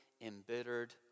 embittered